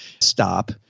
stop